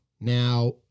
Now